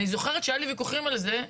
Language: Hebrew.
אני זוכרת שהיו לי ויכוחים על זה.